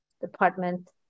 department